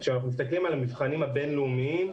כשאנחנו מסתכלים על המבחנים הבין-לאומיים,